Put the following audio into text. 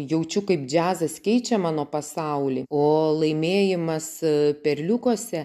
jaučiu kaip džiazas keičia mano pasaulį o laimėjimas perliukuose